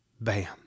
Bam